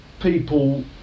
people